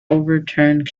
overturned